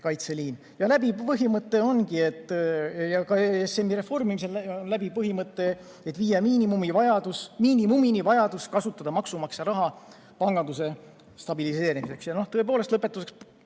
Läbiv põhimõte ongi, ka ESM‑i reformimise läbiv põhimõte on, et viia miinimumini vajadus kasutada maksumaksja raha panganduse stabiliseerimiseks.